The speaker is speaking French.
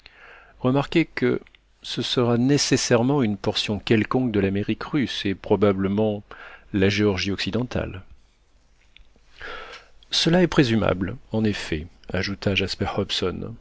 remarquez que ce sera nécessairement une portion quelconque de l'amérique russe et probablement la géorgie occidentale cela est présumable en effet ajouta jasper